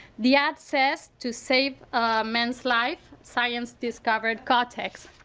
the ad says to save a man's life science discovered kotex.